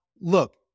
look